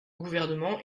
gouvernement